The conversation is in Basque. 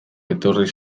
etorri